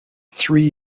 three